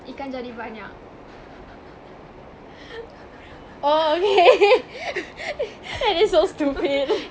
ikan jadi banyak